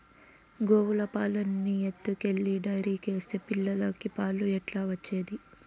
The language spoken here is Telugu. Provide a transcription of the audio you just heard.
గోవుల పాలన్నీ ఎత్తుకెళ్లి డైరీకేస్తే పిల్లలకి పాలు ఎట్లా వచ్చేది